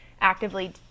actively